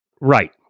Right